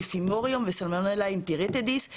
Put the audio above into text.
טיפימוריום וסלמונלה אנטריטידיס,